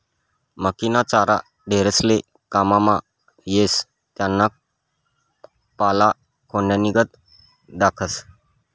मक्कीना चारा ढोरेस्ले काममा येस त्याना पाला खोंड्यानीगत दखास